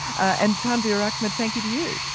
and tanveer ahmed, thank you to you.